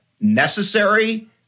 necessary